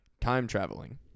time-traveling